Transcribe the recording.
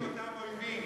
והאויבים הם אותם אויבים.